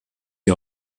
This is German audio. die